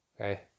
okay